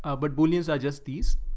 ah but bullions are just, these